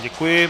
Děkuji.